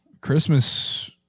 Christmas